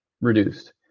reduced